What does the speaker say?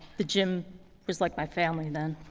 the gym was like my family then.